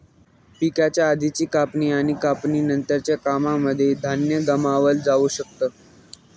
पिकाच्या आधीची कापणी आणि कापणी नंतरच्या कामांनमध्ये धान्य गमावलं जाऊ शकत